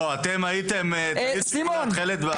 לא, אתם הייתם טלית שכולה תכלת.